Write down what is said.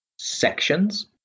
sections